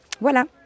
voilà